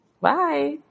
Bye